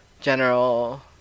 general